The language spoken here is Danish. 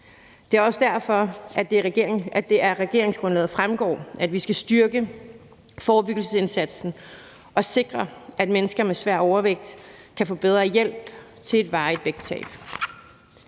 Det er også derfor, det af regeringsgrundlaget fremgår, at vi skal styrke forebyggelsesindsatsen og sikre, at mennesker med svær overvægt kan få bedre hjælp til et varigt vægttab.